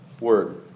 word